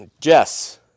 Jess